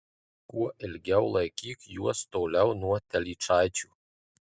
kuo ilgiau laikyk juos toliau nuo telyčaičių